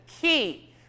key